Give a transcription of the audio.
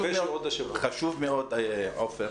חשוב מאוד, עופר.